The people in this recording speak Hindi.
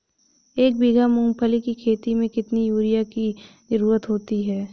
एक बीघा मूंगफली की खेती में कितनी यूरिया की ज़रुरत होती है?